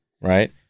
right